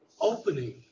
opening